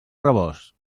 rebost